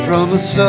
Promise